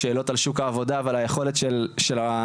שאלות על שוק העבודה, ועל היכולת של האקדמיה,